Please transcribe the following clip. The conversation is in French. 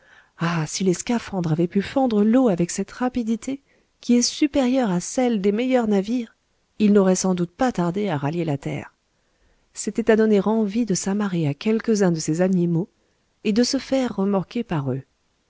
ah si les scaphandres avaient pu fendre l'eau avec cette rapidité qui est supérieure à celle îles meilleurs navires ils n'auraient sans doute pas tardé à rallier la terre c'était à donner envie de s'amarrer à quelques-uns de ces animaux et de se faire remorquer par eux